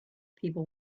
people